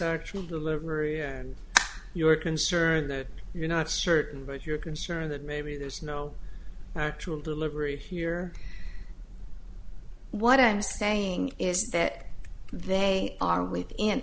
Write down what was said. the liver and you're concerned that you're not certain but you're concerned that maybe there's no actual delivery here what i'm saying is that they are with